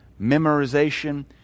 memorization